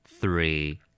three